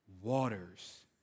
waters